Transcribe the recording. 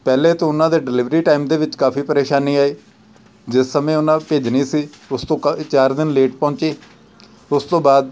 ਪਹਿਲੇ ਤੋਂ ਉਹਨਾਂ ਦੇ ਡਿਲੀਵਰੀ ਟਾਈਮ ਦੇ ਵਿੱਚ ਕਾਫ਼ੀ ਪਰੇਸ਼ਾਨੀ ਆਈ ਜਿਸ ਸਮੇਂ ਉਹਨਾਂ ਭੇਜਣੀ ਸੀ ਉਸ ਤੋਂ ਕ ਚਾਰ ਦਿਨ ਲੇਟ ਪਹੁੰਚੀ ਉਸ ਤੋਂ ਬਾਅਦ